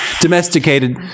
domesticated